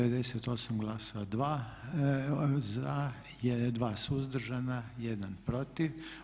98 glasova za, 2 suzdržana i 1 protiv.